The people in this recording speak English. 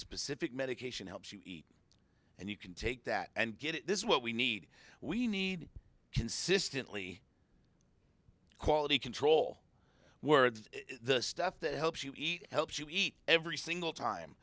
specific medication helps you eat and you can take that and get it this is what we need we need consistently quality control words the stuff that helps you eat helps you eat every single